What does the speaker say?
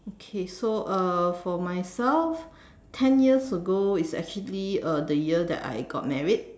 okay so uh for myself ten years ago is actually uh the year that I got married